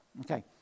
Okay